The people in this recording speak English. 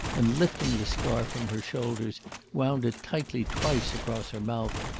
and lifting the scarf from her shoulders wound it tightly twice across her mouth,